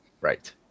Right